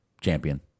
champion